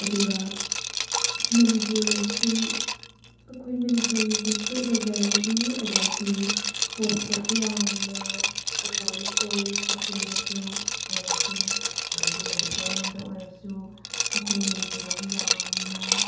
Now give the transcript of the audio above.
ꯑꯗꯨꯒ ꯃꯅꯤꯄꯨꯔꯤ ꯑꯁꯤ ꯑꯩꯈꯣꯏ ꯃꯅꯤꯄꯨꯔꯤꯒꯤ ꯏꯁꯀ꯭ꯔꯤꯞ ꯂꯩꯖꯔꯛꯏ ꯑꯗꯒꯤ ꯁ꯭ꯄꯣꯔꯠꯁꯇꯁꯨ ꯌꯥꯝꯅ ꯑꯦꯗꯕꯥꯟꯁ ꯑꯣꯏ ꯐꯦꯁꯟꯗꯁꯨ ꯑꯣꯏꯔꯁꯨ ꯑꯗꯒꯤ ꯃꯦꯗꯤꯀꯦꯜꯂꯣꯝꯗ ꯑꯣꯏꯔꯁꯨ ꯑꯩꯈꯣꯏ ꯃꯅꯤꯄꯨꯔꯗꯒꯤ ꯌꯥꯝꯅ